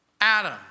Adam